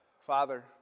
Father